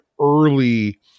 early